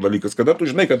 dalykas kada tu žinai kad